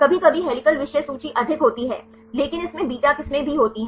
कभी कभी हेलिकल विषय सूचि अधिक होती है लेकिन इसमें बीटा किस्में भी होती हैं